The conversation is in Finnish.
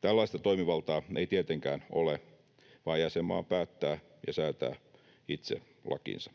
Tällaista toimivaltaa ei tietenkään ole, vaan jäsenmaa päättää ja säätää itse lakinsa.